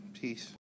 Peace